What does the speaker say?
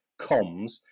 comms